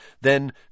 then